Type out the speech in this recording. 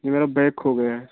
जी मेरा बैग खो गया है